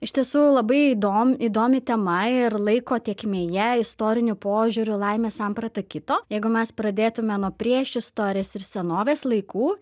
iš tiesų labai įdom įdomi tema ir laiko tėkmėje istoriniu požiūriu laimės samprata kito jeigu mes pradėtume nuo priešistorės ir senovės laikų